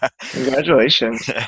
Congratulations